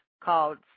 called